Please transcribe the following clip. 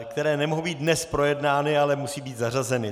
Které nemohou být dnes projednány, ale musí být zařazeny.